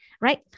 right